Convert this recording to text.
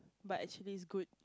but actually it's good